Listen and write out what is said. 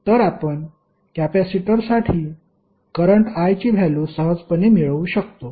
तर आपण कॅपेसिटरसाठी करंट i ची व्हॅल्यु सहजपणे मिळवू शकतो